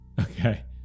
Okay